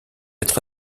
être